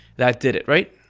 that did it. right?